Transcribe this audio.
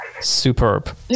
superb